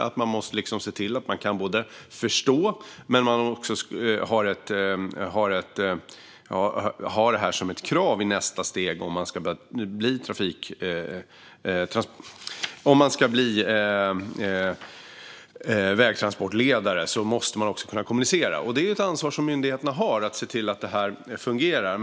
Utbildarna måste se till att personerna i fråga kan förstå språket men det måste också finnas som krav i nästa steg att de ska kunna kommunicera om de ska kunna bli vägtransportledare. Myndigheterna har ansvar att se till att det här fungerar.